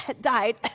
died